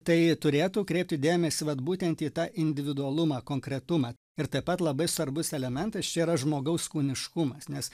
tai turėtų kreipti dėmesį vat būtent į tą individualumą konkretumą ir taip pat labai svarbus elementas čia yra žmogaus kūniškumas nes